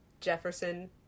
Jefferson